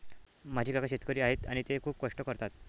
माझे काका शेतकरी आहेत आणि ते खूप कष्ट करतात